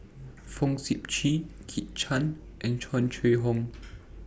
Fong Sip Chee Kit Chan and Tung Chye Hong